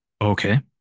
Okay